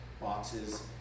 boxes